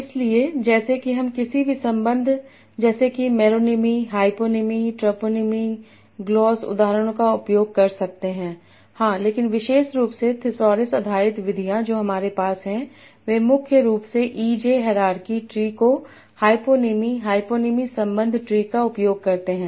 इसलिए जैसे कि हम किसी भी संबंध जैसे कि मैरिनेमी हाईपोनीमी ट्रोपमनी ग्लोस उदाहरणों का उपयोग कर सकते हैं हां लेकिन विशेष रूप से थिसॉरस आधारित विधियां जो हमारे पास हैं वे मुख्य रूप से ईजे हायरार्की ट्री को हाईपोनीमी हाईपोनीमी संबंध ट्री का उपयोग करते हैं